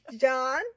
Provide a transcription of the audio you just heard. John